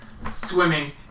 swimming